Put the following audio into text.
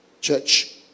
Church